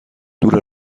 دور